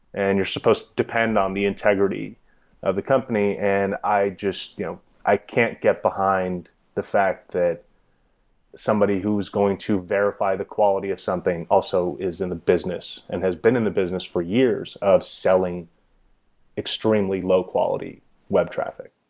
and you're supposed to depend on the integrity of the company, and i just you know i can't get behind the fact that somebody who is going to verify the quality of something also is in the business and has been in the business for years of selling extremely extremely low quality web traffic,